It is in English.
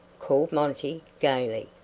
called monty, gaily.